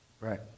Right